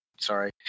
Sorry